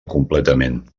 completament